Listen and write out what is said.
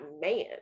man